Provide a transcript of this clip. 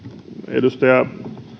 edustaja